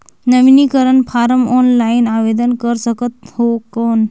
नवीनीकरण form offline आवेदन कर सकत हो कौन?